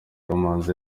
kamanzi